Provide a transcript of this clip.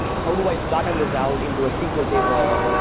how do i flatten this out into a sql table,